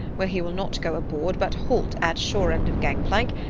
where he will not go aboard but halt at shore end of gang-plank,